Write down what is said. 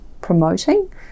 promoting